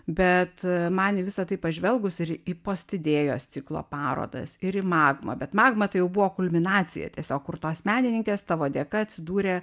bet man į visa tai pažvelgus ir į postidėjos ciklo parodas ir į magmą bet magma tai jau buvo kulminacija tiesiog kur tos menininkės tavo dėka atsidūrė